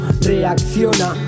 Reacciona